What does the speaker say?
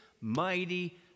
mighty